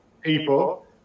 people